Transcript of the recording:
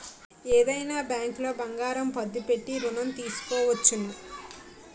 ఏదైనా బ్యాంకులో బంగారం పద్దు పెట్టి ఋణం తీసుకోవచ్చును